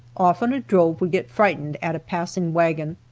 often a drove would get frightened at a passing wagon,